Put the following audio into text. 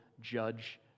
judge